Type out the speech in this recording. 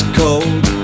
cold